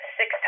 six